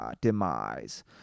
demise